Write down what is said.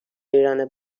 ایران